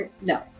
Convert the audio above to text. no